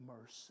mercy